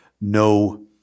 no